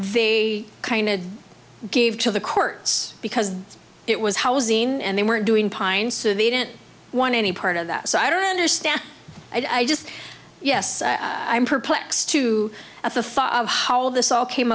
they kind of gave to the courts because it was housing and they weren't doing pine so they didn't want any part of that so i don't understand i just yes i'm perplexed to at the thought of how this all came